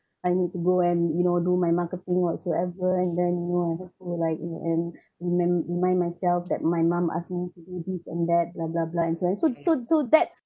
I need to go and you know do my marketing whatsoever and then you know also like work remem~ remind myself that my mum asked me to do this and that blah blah blah and so and so so so so that